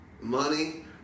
money